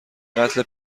قتل